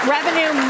Revenue